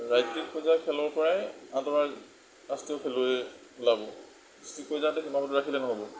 ৰাজ্যিক পৰ্যায়ৰ খেলৰ পৰাই আন্তঃৰাষ্ট্ৰীয় খেলুৱৈ ওলাব ডিষ্ট্ৰিক্ট পৰ্যায়তে সীমাবদ্ধ ৰাখিলে নহ'ব